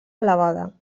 elevada